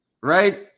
right